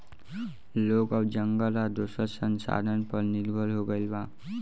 लोग अब जंगल आ दोसर संसाधन पर निर्भर हो गईल बा